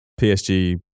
PSG